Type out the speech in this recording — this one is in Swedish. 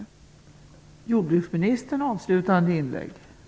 Men det kanske inte går i dag.